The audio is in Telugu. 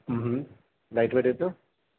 లైట్వెయిట్ అయితే